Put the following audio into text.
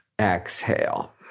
exhale